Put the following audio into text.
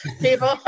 people